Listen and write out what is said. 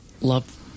love